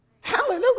Hallelujah